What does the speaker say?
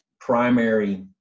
primary